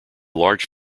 large